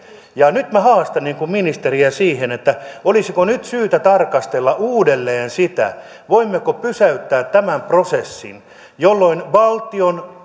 nyt minä haastan ministeriä siihen että olisiko nyt syytä tarkastella uudelleen sitä voimmeko pysäyttää tämän prosessin jolloin valtion